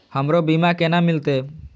हमरो बीमा केना मिलते?